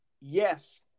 yes